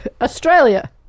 Australia